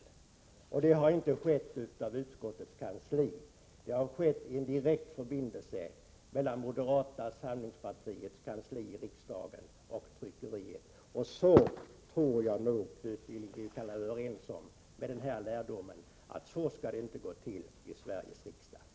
Denna ändring har inte införts av utskottets kansli. Detta har skett efter direkt förbindelse mellan moderata samlingspartiets kansli i riksdagen och tryckeriet. Jag tror att vi kan vara överens om, Knut Billing, att vi av detta kan dra lärdomen att så skall det inte gå till i Sveriges riksdag.